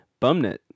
Bumnet